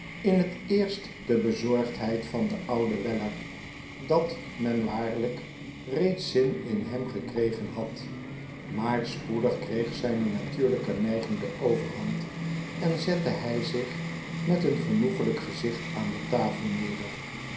in het eerst de bezorgdheid van den ouden weller dat men waarlijk reeds zin in hem gekregenbad maar spoedig kreeg zpe natuurlijke neiging de overhand en zette hy zich met een genoeglijk gezicht aan de tafel neder